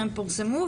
פורסמו,